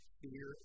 fear